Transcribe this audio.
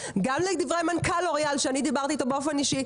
ולדברי מנכ"ל לוריאל שאני דיברתי אתו באופן אישי,